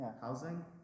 housing